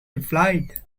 replied